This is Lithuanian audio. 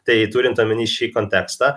tai turint omenyje šį kontekstą